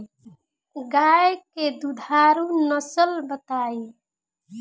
गाय के दुधारू नसल बताई?